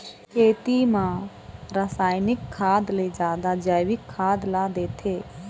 खेती म रसायनिक खाद ले जादा जैविक खाद ला देथे